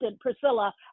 Priscilla